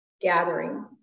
gathering